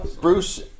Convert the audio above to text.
Bruce